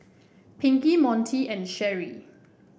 Pinkie Montie and Sherrie